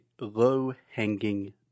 low-hanging